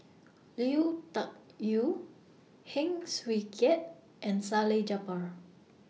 Lui Tuck Yew Heng Swee Keat and Salleh Japar